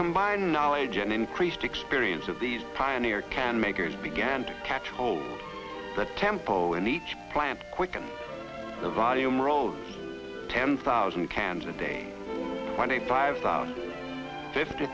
combined knowledge and increased experience of these pioneer can makers began to catch hold the tempo in each plant quickened the volume road ten thousand cans a day twenty five thousand fifty